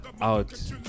out